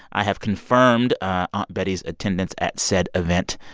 i have confirmed aunt betty's attendance at said event.